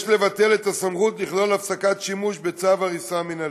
יש לבטל את הסמכות לכלול הפסקת שימוש בצו הריסה מינהלי.